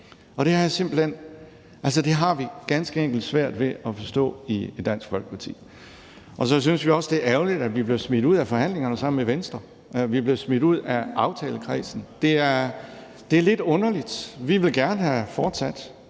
Folkeparti ganske enkelt svært ved at forstå. Så synes vi også, det er ærgerligt, at vi blev smidt ud af forhandlingerne sammen med Venstre – at vi blev smidt ud af aftalekredsen. Det er lidt underligt. Vi ville gerne have fortsat,